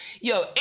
Yo